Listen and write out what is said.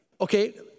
okay